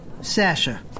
Sasha